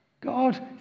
God